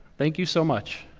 thank you so much.